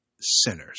sinners